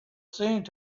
seems